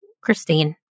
Christine